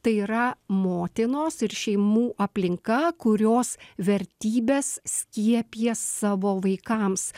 tai yra motinos ir šeimų aplinka kurios vertybes skiepija savo vaikams